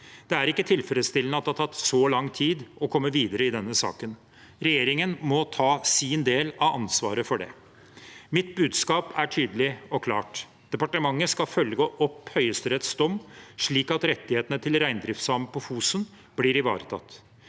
Det er ikke tilfredsstillende at det har tatt så lang tid å komme videre i denne saken. Regjeringen må ta sin del av ansvaret for det. Mitt budskap er tydelig og klart. Departementet skal følge opp Høyesteretts dom, slik at rettighetene til reindriftssamene på Fosen blir ivaretatt.